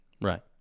Right